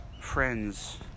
friends